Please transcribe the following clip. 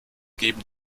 geben